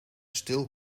stil